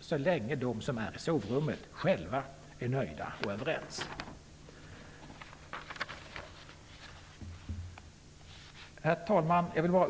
så länge de som är i sovrummet själva är nöjda och överens. Herr talman!